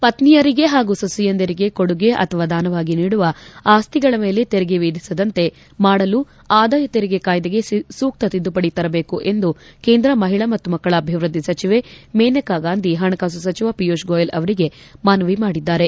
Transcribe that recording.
ಪತ್ತಿಯರಿಗೆ ಹಾಗೂ ಸೊಸೆಯಂದಿರಿಗೆ ಕೊಡುಗೆ ಅಥವಾ ದಾನವಾಗಿ ನೀಡುವ ಆಸ್ತಿಗಳ ಮೇಲೆ ತೆರಿಗೆ ವಿಧಿಸದಂತೆ ಮಾಡಲು ಆದಾಯ ತೆರಿಗೆ ಕಾಯ್ದೆಗೆ ಸೂಕ್ತ ತಿದ್ದುಪಡಿ ತರಬೇಕು ಎಂದು ಕೇಂದ್ರ ಮಹಿಳಾ ಮತ್ತು ಮಕ್ಕಳ ಅಭಿವೃದ್ದಿ ಸಚಿವೆ ಮೇನಕಾ ಗಾಂಧಿ ಹಣಕಾಸು ಸಚಿವ ಪಿಯೂಷ್ ಗೋಯಲ್ ಅವರಿಗೆ ಮನವಿ ಮಾಡಿದ್ಗಾರೆ